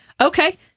Okay